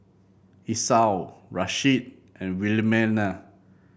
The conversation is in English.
Esau Rasheed and Wilhelmina